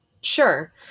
Sure